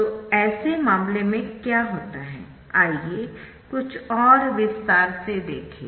तो ऐसे मामले में क्या होता है आइए कुछ और विस्तार से देखें